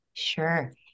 Sure